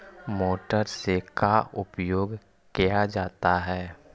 Motor से का उपयोग क्या जाता है?